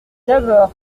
d’abord